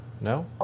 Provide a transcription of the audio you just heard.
no